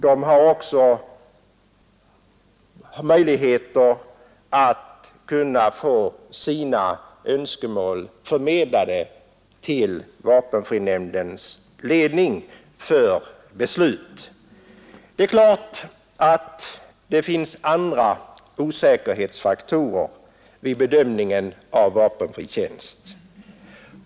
De har också möjligheter att få sina önskemål förmedlade till vapenfrinämnden som ledning för dess beslut. Det är klart att det finns andra osäkerhetsfaktorer vid bedömningen av vapenfri tjänst.